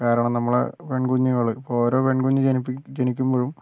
കാരണം നമ്മളുടെ പെൺകുഞ്ഞുങ്ങള് ഓരോ പെൺ കുഞ്ഞ് ജനിക്കുമ്പോഴും